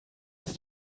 ist